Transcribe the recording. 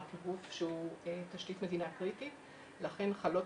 אנחנו גוף שהוא תשתית מדינה קריטית לכן חלות